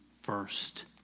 first